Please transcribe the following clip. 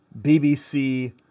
BBC